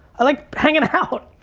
i like hanging out.